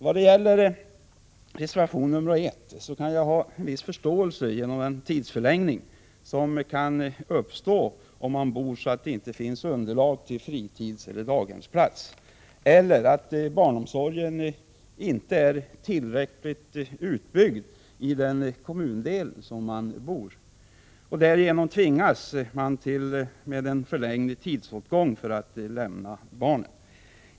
Beträffande reservation 1 kan jag ha en viss förståelse för den tidsförlängning som kan uppstå för den som bor på en ort där det inte finns underlag för fritidshemseller daghemsplats eller att barnomsorgen inte är tillräckligt utbyggd i den kommundel där man bor. Därmed tvingas man till en förlängd tidsåtgång för att lämna barnen.